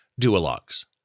duologues